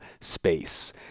space